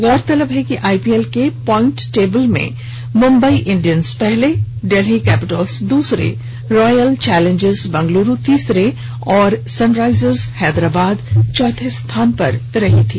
गौरतलब है कि आईपीएल के प्लाइंट टर्टेबुल में मुंबई इंडियन्स पहले दिल्ली कैपिटल्स दूसरे रॉयल चौलेंजर्स बेंगलुरू तीसरे और सनराइजर्स हैदराबाद चौथे पायदान पर रही थी